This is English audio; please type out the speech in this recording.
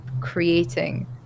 creating